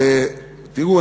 ותראו,